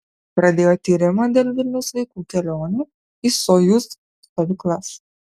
pradėjo tyrimą dėl vilniaus vaikų kelionių į sojuz stovyklas